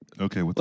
Okay